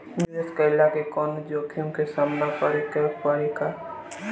निवेश कईला से कौनो जोखिम के सामना करे क परि का?